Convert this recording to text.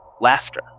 laughter